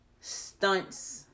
stunts